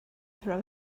throw